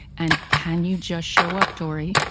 and can you just show up, tori?